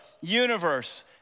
universe